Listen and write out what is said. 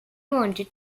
wanted